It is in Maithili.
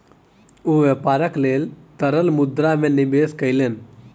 ओ व्यापारक लेल तरल मुद्रा में निवेश कयलैन